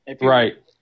Right